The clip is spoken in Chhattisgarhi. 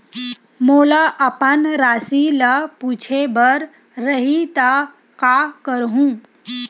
मोला अपन राशि ल पूछे बर रही त का करहूं?